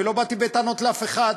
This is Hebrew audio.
ולא באתי בטענות לאף אחד.